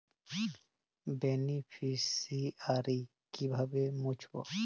Beneficiary কিভাবে মুছব?